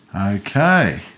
okay